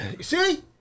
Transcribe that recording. See